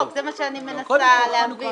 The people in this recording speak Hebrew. זה מה שאני מנסה להבין.